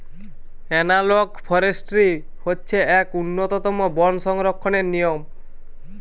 analogue forestry হচ্ছে এক উন্নতম বন সংরক্ষণের নিয়ম